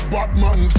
Batman